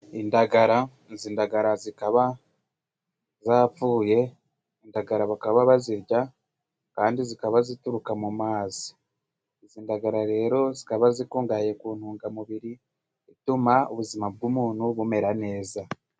Indagarazindagara zikaba zapfuye indagara bakaba bazirya kandi zikaba zituruka mu mazi izi ndagara rero zikaba zikungahaye ku ntungamubiri ituma ubuzima bw'umuntu bumera neza.